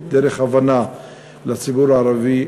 דרך הבנה של הציבור הערבי,